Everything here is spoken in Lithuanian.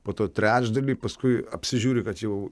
po to trečdalį paskui apsižiūri kad jau